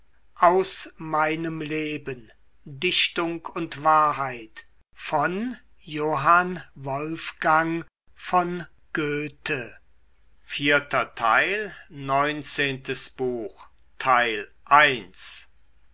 dichtung und wahrheit